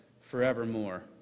forevermore